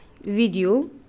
video